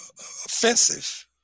offensive